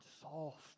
soft